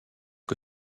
que